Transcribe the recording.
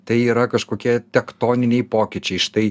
tai yra kažkokie tektoniniai pokyčiai štai